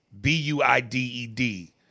B-U-I-D-E-D